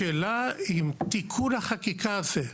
השאלה אם תיקון החקיקה הזה,